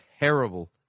terrible